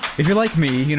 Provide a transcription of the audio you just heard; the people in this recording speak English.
if you're like me,